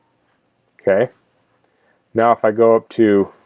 okay now if i go up to